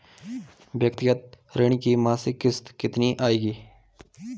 व्यक्तिगत ऋण की मासिक किश्त कितनी आएगी?